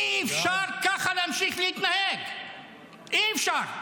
איפה המפלגות תומכות הטרור?